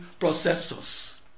processors